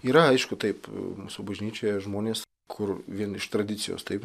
yra aišku taip mūsų bažnyčioje žmonės kur vien iš tradicijos taip